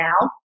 now